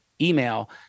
email